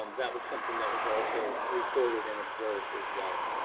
um that was something that was also reported and observed as well.